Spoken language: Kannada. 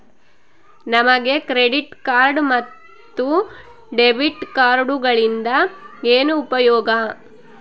ನಮಗೆ ಕ್ರೆಡಿಟ್ ಕಾರ್ಡ್ ಮತ್ತು ಡೆಬಿಟ್ ಕಾರ್ಡುಗಳಿಂದ ಏನು ಉಪಯೋಗ?